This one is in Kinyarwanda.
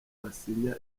asinya